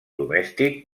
domèstic